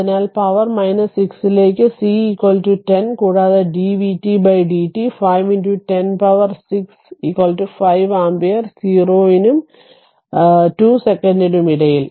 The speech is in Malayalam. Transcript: അതിനാൽ പവർ 6 ലേക്ക് c 10 കൂടാതെ dvtdt 5 10 പവർ 6 5 ആമ്പിയർ 0 നും r 0 നും 2 സെക്കന്റിനും ഇടയിൽ